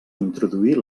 introduir